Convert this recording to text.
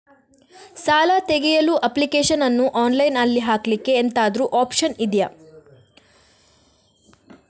ಸಾಲ ತೆಗಿಯಲು ಅಪ್ಲಿಕೇಶನ್ ಅನ್ನು ಆನ್ಲೈನ್ ಅಲ್ಲಿ ಹಾಕ್ಲಿಕ್ಕೆ ಎಂತಾದ್ರೂ ಒಪ್ಶನ್ ಇದ್ಯಾ?